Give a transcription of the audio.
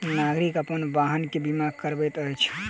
नागरिक अपन वाहन के बीमा करबैत अछि